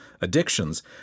addictions